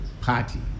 party